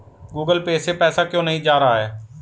Google Pay से पैसा क्यों नहीं जा रहा है?